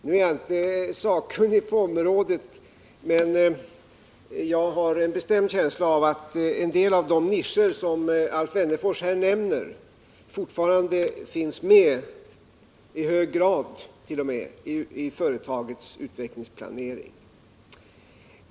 Jag är visserligen inte sakkunnig på området, men jag har en bestämd känsla av att en del av de nischer som Alf Wennerfors här nämner fortfarande finns med — i hög grad t.o.m. —i företagets utvecklingsplanering.